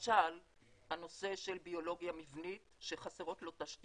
הנושא שלנו על סדר היום: